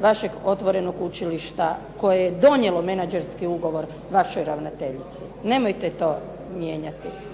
vašeg Otvorenog učilišta koje je donijelo menadžerski ugovor vašoj ravnateljici. Nemojte to mijenjati.